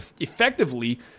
effectively